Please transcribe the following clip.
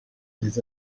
des